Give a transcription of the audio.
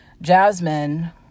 Jasmine